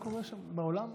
מה קורה שם בעולם?